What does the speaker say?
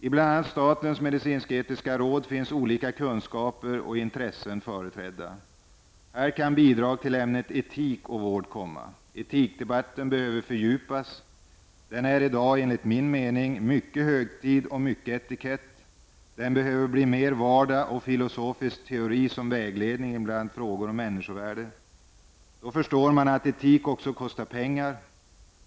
I bl.a. statens medicinsketiska råd finns olika kunskaper och intressen företrädda. Här kan bidrag till ämnet etik och vård komma. Etikdebatten behöver fördjupas. Den är i dag enligt min mening mest präglad av högtid och etikett. Den behöver blir mer av vardag och filosofiskt teori som vägledning i bl.a. frågor om människovärde. Då förstår man att etik också kostar pengar.